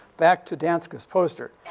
back to danska's poster.